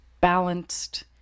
balanced